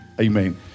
Amen